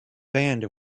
band